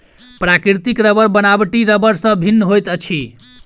प्राकृतिक रबड़ बनावटी रबड़ सॅ भिन्न होइत अछि